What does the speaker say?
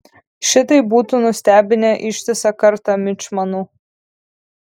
šitai būtų nustebinę ištisą kartą mičmanų